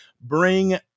Bring